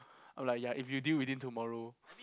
I'm like ya if we deal within tomorrow